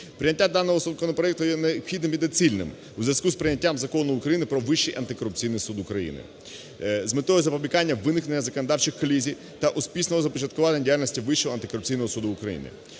Прийняття даного законопроекту є необхідним і доцільним у зв'язку з прийняттям Закону України "Про Вищий антикорупційний суд України", з метою запобігання виникнення законодавчих колізій та успішного започаткування діяльності Вищого антикорупційного суду України.